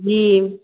जी